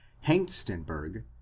Hengstenberg